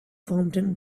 fountain